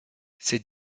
ces